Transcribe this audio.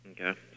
Okay